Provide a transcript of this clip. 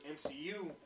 MCU